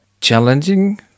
challenging